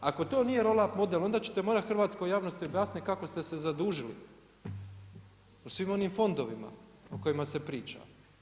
Ako to nije roll up model, onda ćete morati hrvatskoj javnosti objasniti kako ste se zadužili u svim onim fondovima o kojima se priča.